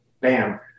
bam